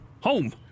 Home